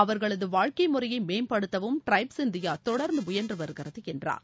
அவர்களது வாழ்க்கை முறையை மேம்படுத்தவும் அரசு தொடர்ந்து முயன்று வருகிறது என்றார்